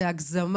אני חושבת